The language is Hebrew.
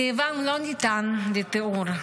כאבן לא ניתן לתיאור.